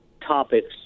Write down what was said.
topics